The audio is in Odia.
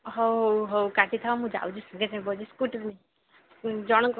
ହଉ ହଉ ହଉ କାଟିଥାଉ ମୁଁ ଯାଉଛି ସାଙ୍ଗେ ସାଙ୍ଗେ ପହଁଞ୍ଚୁଛି ସ୍କୁଟିରେ ଜଣଙ୍କ